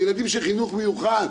אלו ילדים של חינוך מיוחד,